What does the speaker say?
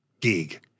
gig